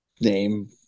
name